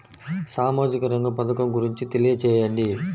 సామాజిక రంగ పథకం గురించి తెలియచేయండి?